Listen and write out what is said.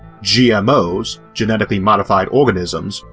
gmos, genetically modified organisms,